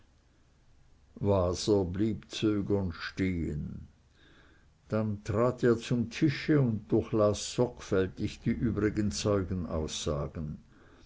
waser blieb zögernd stehen dann trat er zum tische und durchlas sorgfältig die übrigen zeugenaussagen